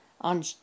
On